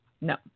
no